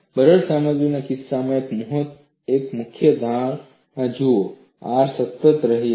બરડ સામગ્રીના કિસ્સામાં એક મુખ્ય ધારણા જુઓ R સતત રહી હતી